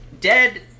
Dead